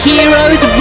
Heroes